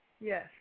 Yes